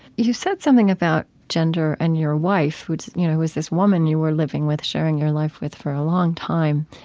you said something about gender and your wife, you know who is this woman you were living with, sharing your life with, for a long time.